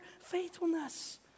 faithfulness